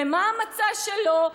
ומה המצע שלו,